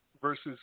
versus